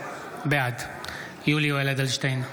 בעד יולי יואל אדלשטיין,